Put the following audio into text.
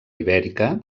ibèrica